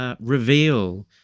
reveal